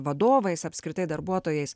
vadovais apskritai darbuotojais